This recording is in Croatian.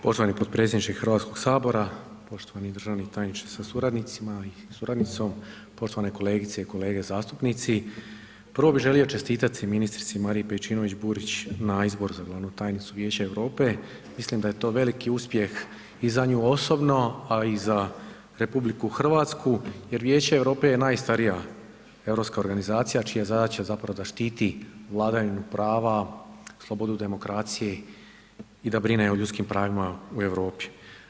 Poštovani potpredsjedniče Hrvatskog sabora, poštovani državni tajniče sa suradnicima i suradnicom, poštovane kolegice i kolege zastupnici, prvo bi želio čestitati ministrici Mariji Pejčinović Burić na izbor za glavnu tajnicu Vijeća Europe, mislim da je to veliki uspjeh i za nju osobno, a i za RH jer Vijeće Europe je najstarija europska organizacija čija je zadaća da štiti vladavinu prava, slobodu demokracije i da brine o ljudskim pravima u Europi.